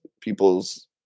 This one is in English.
people's